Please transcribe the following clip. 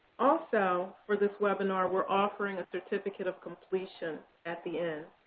also for this webinar, we're offering a certificate of completion at the end.